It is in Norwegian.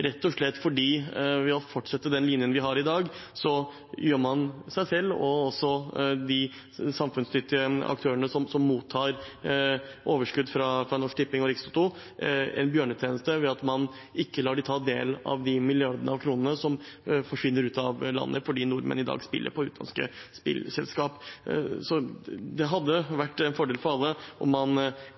rett og slett fordi at ved å fortsette den linjen vi har i dag, gjør man seg selv – og også de samfunnsnyttige aktørene som mottar overskudd fra Norsk Tipping og Rikstoto – en bjørnetjeneste, ved at man ikke lar dem ta del av de milliardene kroner som forsvinner ut av landet fordi nordmenn i dag spiller på utenlandske spillselskap. Så det hadde vært en fordel for alle om man